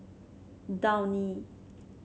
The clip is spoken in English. downy